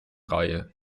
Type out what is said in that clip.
reihe